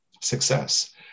success